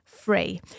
Free